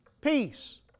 Peace